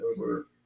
over